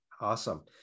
Awesome